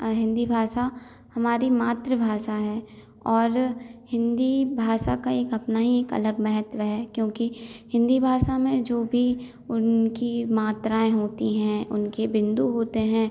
हिंदी भाषा हमारी मातृभाषा है और हिंदी भाषा का एक अपना ही एक अलग महत्व है क्योंकि हिंदी भाषा में जो भी उनकी मात्राएँ होती हैं उनके बिंदु होते हैं